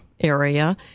area